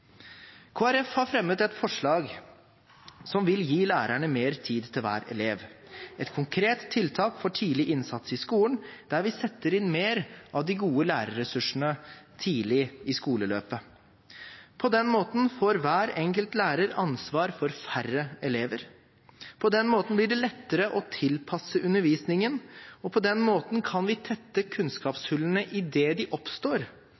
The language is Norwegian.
Folkeparti har fremmet et forslag som vil gi lærerne mer tid til hver elev, et konkret tiltak for tidlig innsats i skolen der vi setter inn mer av de gode lærerressursene tidlig i skoleløpet. På den måten får hver enkelt lærer ansvar for færre elever. På den måten blir det lettere å tilpasse undervisningen, og på den måten kan vi tette kunnskapshullene idet de oppstår